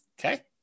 Okay